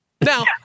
Now